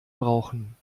brauchen